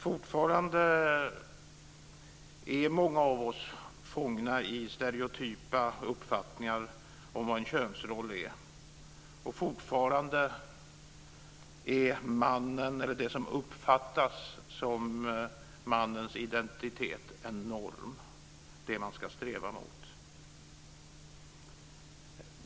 Fortfarande är många av oss fångna i stereotypa uppfattningar om vad en könsroll är, och fortfarande är mannen eller det som uppfattas som mannens identitet en norm, det som man ska sträva mot.